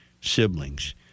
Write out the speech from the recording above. siblings